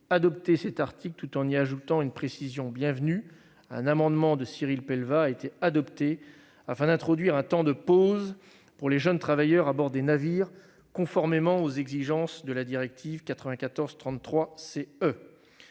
adopter cet article, tout en y ajoutant une précision bienvenue. Un amendement de Cyril Pellevat tendant à introduire un temps de pause pour les jeunes travailleurs à bord des navires, conformément aux exigences de la directive 94/33/CE,